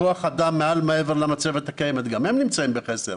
כוח אדם גדול, גם הם נמצאים בחסר.